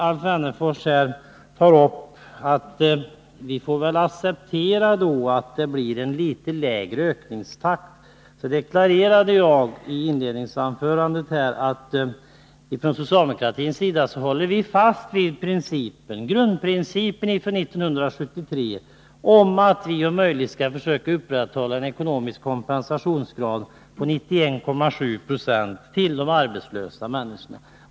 Alf Wennerfors menade att vi väl får acceptera att det blir en litet lägre ökningstakt i ersättningsbeloppen. I mitt inledningsanförande deklarerade jagatt vi från socialdemokratins sida håller fast vid grundprincipen från 1973, att vi om möjligt skall försöka upprätthålla en ekonomisk kompensationsgrad till de arbetslösa människorna på 91,7 90.